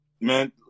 man